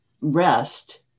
rest